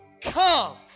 come